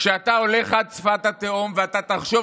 כשאתה הולך עד שפת התהום ואתה תחשוב